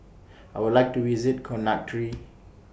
I Would like to visit Conakry